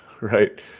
Right